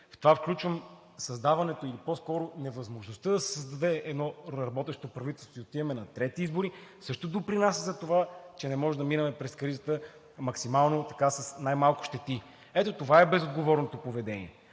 В това включвам създаването или по-скоро невъзможността да се създаде работещо правителство и отиваме на трети избори – също допринася за това, че не можем да минем през кризата максимално с най-малко щети. Ето това е безотговорното поведение,